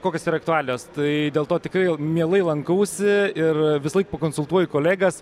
kokios yra aktualijos tai dėl to tikrai mielai lankausi ir visąlaik pa konsultuoju kolegas